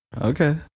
Okay